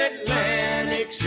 Atlantic